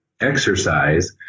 exercise